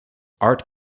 art